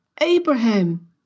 Abraham